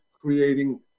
creating